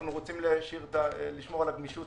אנחנו רוצים לשמור על הגמישות